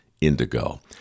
indigo